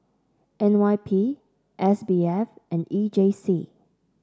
N Y P S B F and E J C